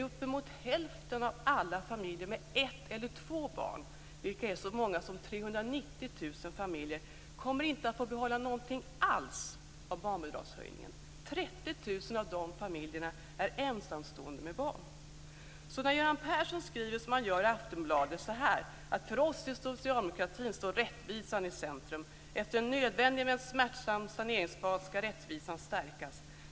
Uppemot hälften av alla familjer med ett eller två barn, vilket är så många som 390 000 familjer, kommer inte att få behålla någonting alls av barnbidragshöjningen. 30 000 av de familjerna är ensamstående med barn. Det klingar därför falskt i mina öron när Göran Persson skriver så här i Aftonbladet: "För oss i socialdemokratin står rättvisan i centrum. Efter en nödvändig men smärtsam saneringsfas ska rättvisan stärkas.